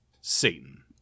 Satan